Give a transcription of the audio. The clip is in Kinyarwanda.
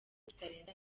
kitarenze